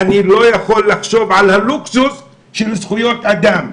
אני לא יכול לחשוב על הלוקסוס של זכויות אדם.